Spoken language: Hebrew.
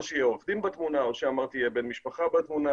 או שיהיה עורך דין בתמונה או שיהיה בן משפחה בתמונה.